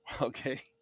Okay